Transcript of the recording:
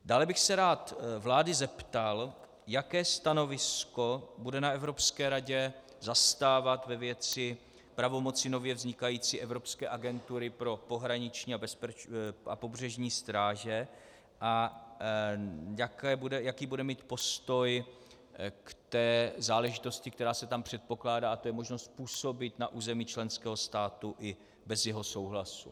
Dále bych se rád vlády zeptal, jaké stanovisko bude na Evropské radě zastávat ve věci pravomoci nově vznikající evropské Agentury pro pohraniční a pobřežní stráž a jaký bude mít postoj k záležitosti, která se tam předpokládá, a to je možnost působit na území členského státu i bez jeho souhlasu.